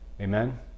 Amen